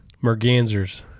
Mergansers